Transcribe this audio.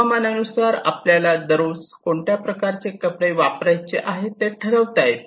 हवामानानुसार आपल्याला दररोज कोणत्या प्रकारचे कपडे वापरायचे आहे ते ठरवता येते